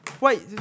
Wait